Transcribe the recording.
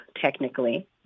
technically